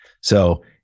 So-